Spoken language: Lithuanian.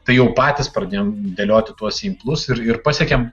tai jau patys pradėjom dėlioti tuos simplus ir ir pasiekėm